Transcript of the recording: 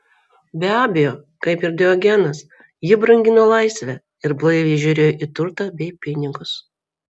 be abejo kaip ir diogenas ji brangino laisvę ir blaiviai žiūrėjo į turtą bei pinigus